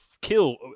kill